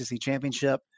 championship